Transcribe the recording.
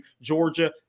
Georgia